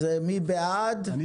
מי בעד ההסתייגות?